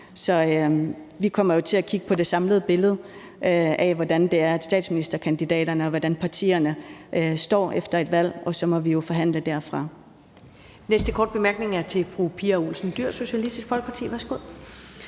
Så vi kommer til at kigge på det samlede billede af, hvordan statsministerkandidaterne og partierne står efter et valg, og så må vi jo forhandle derfra.